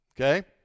Okay